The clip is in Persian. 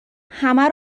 همه